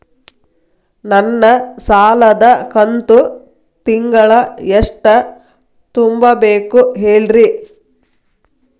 ನನ್ನ ಸಾಲದ ಕಂತು ತಿಂಗಳ ಎಷ್ಟ ತುಂಬಬೇಕು ಹೇಳ್ರಿ?